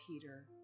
Peter